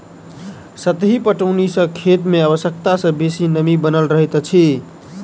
सतही पटौनी सॅ खेत मे आवश्यकता सॅ बेसी नमी बनल रहैत अछि